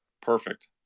Perfect